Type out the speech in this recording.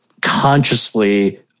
consciously